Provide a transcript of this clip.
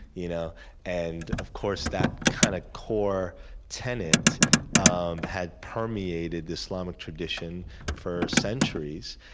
you know and, of course, that kind of core tenet um had permeated the islamic tradition for centuries.